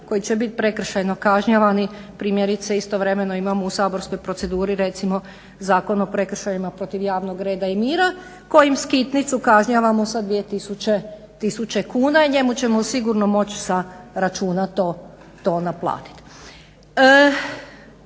koji će biti prekršajno kažnjavani, primjerice istovremeno imamo u saborskoj proceduri recimo Zakon o prekršajima protiv javnog reda i mira kojim skitnicu kažnjavamo sa 2 tisuće kuna i njemu ćemo sigurno moći sa računa to naplatiti.